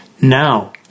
Now